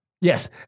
Yes